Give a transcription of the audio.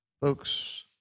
Folks